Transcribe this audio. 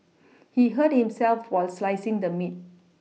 he hurt himself while slicing the meat